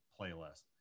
playlist